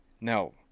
No